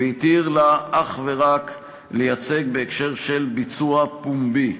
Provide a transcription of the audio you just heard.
והתיר לתאגיד אך ורק לייצג בהקשר של ביצוע פומבי.